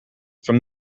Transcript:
from